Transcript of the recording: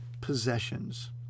possessions